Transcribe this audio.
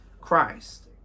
Christ